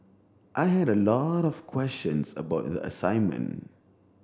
I had a lot of questions about the assignment